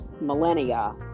millennia